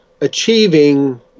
achieving